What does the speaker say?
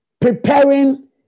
preparing